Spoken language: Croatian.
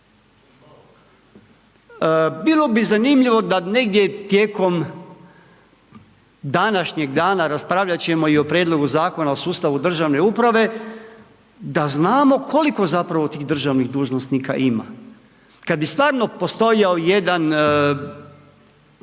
Bilo bi zanimljivo da negdje tijekom današnjeg dana, raspravljat ćemo i o Prijedlogu Zakona o sustavu državne uprave da znamo koliko zapravo tih državnih dužnosnika ima. Kada bi stvarno postojao jedan